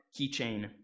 keychain